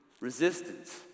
resistance